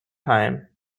time